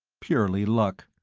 purely luck.